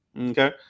Okay